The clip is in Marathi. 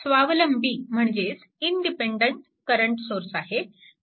ह्यामध्ये एक स्वावलंबी म्हणजेच इनडिपेन्डन्ट करंट सोर्स आहे